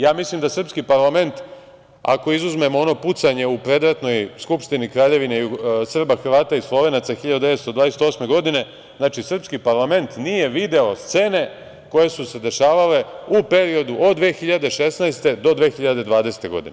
Ja mislim da srpski parlament, ako izuzmemo ono pucanje u predratnoj Skupštini Kraljevine SHS 1928. godine, znači srpski parlament nije video scene koje su se dešavale u periodu od 2016. do 2020. godine.